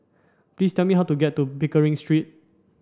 please tell me how to get to Pickering Street